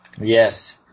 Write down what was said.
yes